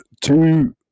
two